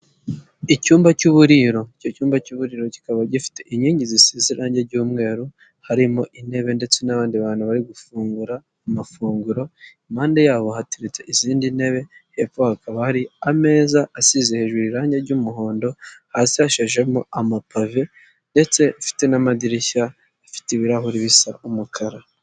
Icyumba cy'uburiro, icyo cyumba cy'uburiro kikaba gifite inkingi zisi iranye ry'mweru harimo intebe ndetse n'abandi bantu bari gufungura amafunguro impande yabo hateretse izindi ntebe hepfo hakaba hari ameza asize hejuru irangi ry'umuhondo, hasi hashashemo amapave ndetse gifite n'amadirishya afite ibirahuri bisa umukara.